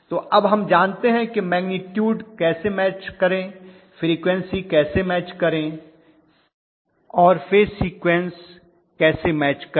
तो अब हम जानते हैं कि मैग्निटूड कैसे मैच करें फ्रीक्वन्सी कैसे मैच करें और फेज सीक्वेंस कैसे मैच करें